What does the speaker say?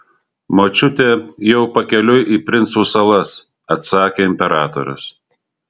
močiutė jau pakeliui į princų salas atsakė imperatorius